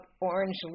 Orange